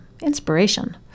Inspiration